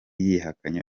yihakanye